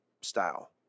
style